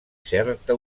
certa